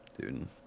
dude